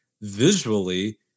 visually